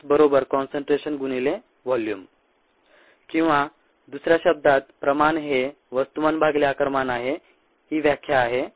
Mass Concentration × Volume किंवा दुसऱ्या शब्दांत प्रमाण हे वस्तुमान भागीले आकारमान आहे ही व्याख्या आहे